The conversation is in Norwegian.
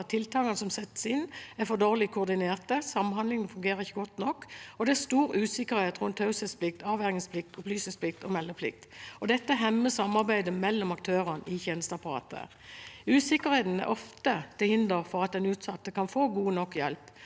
tiltakene som settes inn, er for dårlig koordinert, samhandlingen fungerer ikke godt nok, og det er stor usikkerhet rundt taushetsplikt, avvergingsplikt, opplysningsplikt og meldeplikt. Dette hemmer samarbeidet mellom aktørene i tjenesteapparatet. Usikkerheten er ofte til hinder for at den utsatte kan få god nok hjelp,